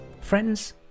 Friends